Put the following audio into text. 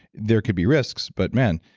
there could be risks, but man,